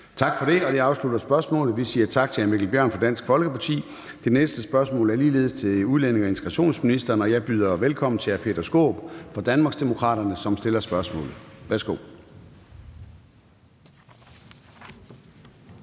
Tak for det. Det afslutter spørgsmålet. Vi siger tak til hr. Mikkel Bjørn fra Dansk Folkeparti. Det næste spørgsmål er ligeledes til udlændinge- og integrationsministeren, og jeg byder velkommen til hr. Peter Skaarup fra Danmarksdemokraterne, som stiller spørgsmålet. Kl.